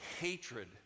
hatred